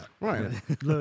Right